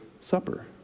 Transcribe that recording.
Supper